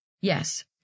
Yes